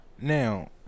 Now